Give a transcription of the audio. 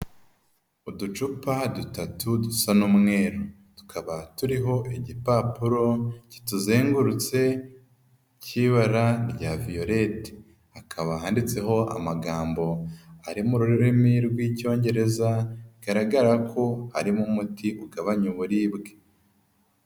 Uducupa dutatu dusa n'umweru, tukaba turiho igipapuro kituzengurutse k'ibara rya viyoreti, hakaba handitseho amagambo ari mu rurimi rw'Icyongereza, bigaragara ko harimo umuti ugabanya uburibwe.